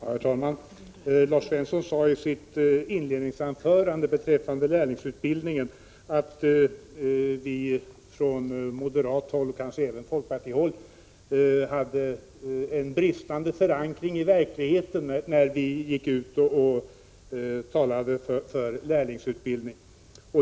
Herr talman! Lars Svensson sade i sitt inledningsanförande att vi från moderat håll, och kanske även folkpartiet, hade en bristande förankring i verkligheten när vi talade för lärlingsutbildning.